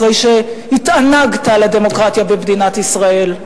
אחרי שהתענגת על הדמוקרטיה במדינת ישראל,